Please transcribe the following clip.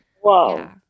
Whoa